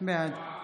בעד